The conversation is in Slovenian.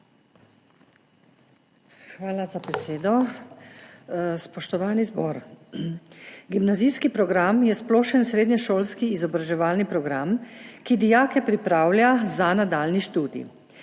Hvala za besedo. Spoštovani zbor! Gimnazijski program je splošen srednješolski izobraževalni program, ki dijake pripravlja za nadaljnji študij.